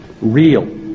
real